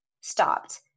stopped